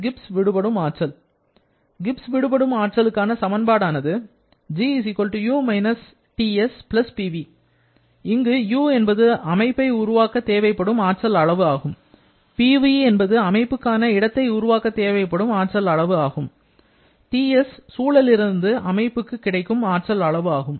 Gibbs விடுபடும் ஆற்றல் Gibbs விடுபடும் ஆற்றலுக்கான சமன்பாடு ஆனது G U - TS PV இங்கு U அமைப்பை உருவாக்க தேவைப்படும் ஆற்றல் அளவு ஆகும் PV அமைப்புக்கான இடத்தை உருவாக்க தேவைப்படும் ஆற்றல் அளவு ஆகும் TS சூழலிலிருந்து அமைப்புக்கு கிடைக்கும் ஆற்றல் அளவு ஆகும்